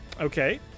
Okay